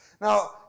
Now